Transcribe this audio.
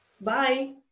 bye